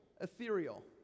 ethereal